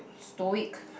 stoic